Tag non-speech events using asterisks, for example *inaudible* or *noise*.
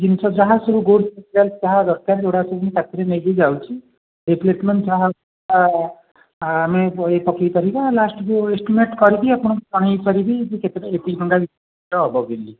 ଜିନିଷ ଯାହା ସବୁ *unintelligible* ଯାହା ଦରକାର ସେଗୁଡ଼ା ସବୁ ମୁଁ ସାଥିରେ ନେଇକି ଯାଉଛି ରିପ୍ଲେସ୍ମେଣ୍ଟ୍ ଯାହା ଆମେ ପ ପକାଇ ପାରିବା ଲାଷ୍ଟକୁ ଏଷ୍ଟିମେଣ୍ଟ୍ କରିକି ଆପଣଙ୍କୁ ଜଣାଇ ପାରିବି *unintelligible* ଯେ କେତେ ଟା ଏତିକି ଟଙ୍କା ଭିତରେ ହେବ ବୋଲି